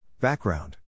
Background